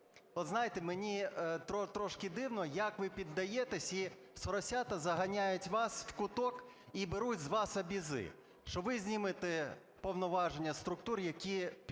От знаєте, мені трошки дивно, як ви піддаєтеся, і "соросята" заганяють вас в куток і беруть з вас "обязи", що ви знімете повноваження зі структур, які підпорядковані